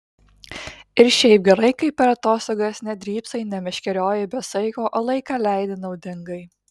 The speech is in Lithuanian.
ir šiaip gerai kai per atostogas nedrybsai nemeškerioji be saiko o laiką leidi naudingai